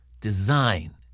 design